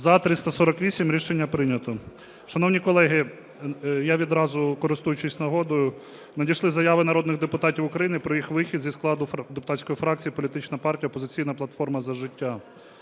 За – 348 Рішення прийнято. Шановні колеги, я відразу, користуючись нагодою. Надійшли заяви народних депутатів України про їх вихід зі складу депутатської фракції «Політична партія «Опозиційна платформа - За життя».